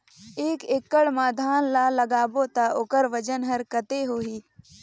एक एकड़ मा धान ला लगाबो ता ओकर वजन हर कते होही?